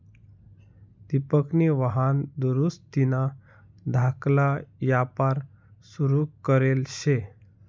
दिपकनी वाहन दुरुस्तीना धाकला यापार सुरू करेल शे